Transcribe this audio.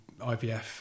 ivf